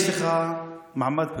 יש לך מעמד פריבילגי,